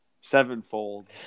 sevenfold